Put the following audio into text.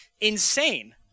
insane